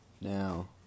now